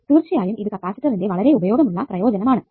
തീർച്ചയായും ഇത് കപ്പാസിറ്ററിന്റെ വളരെ ഉപയോഗമുള്ള പ്രയോജനം ആണ്